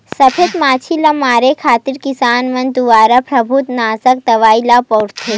सफेद मांछी ल मारे खातिर किसान मन दुवारा फफूंदनासक दवई ल बउरथे